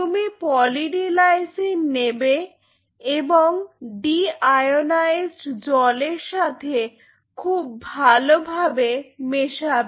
তুমি poly D lysine নেবে এবং ডিআয়োনাইজড্ জলের সাথে খুব ভালোভাবে মেশাবে